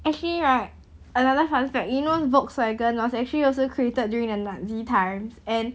actually right another fun fact you know Volkswagen was actually also created during the nazi times and